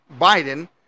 Biden